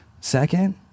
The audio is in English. Second